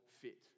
fit